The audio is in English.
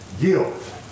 guilt